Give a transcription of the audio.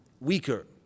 weaker